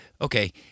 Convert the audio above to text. Okay